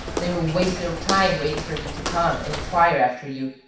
they will waste their time waiting for me to come and inquire after you.